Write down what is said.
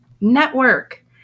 Network